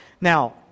Now